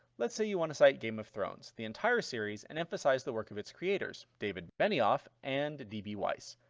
let's say you want to cite game of thrones, the entire series, and emphasize the work of its creators, david benioff and d. b. weiss,